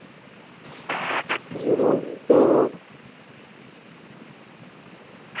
یز تو